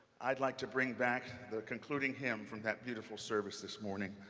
i'd like to bring back the concluding hymn from that beautiful service this morning,